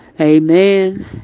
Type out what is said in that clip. Amen